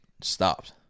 stopped